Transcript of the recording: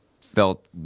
felt